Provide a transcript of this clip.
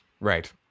Right